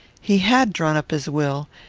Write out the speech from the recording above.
he had drawn up his will,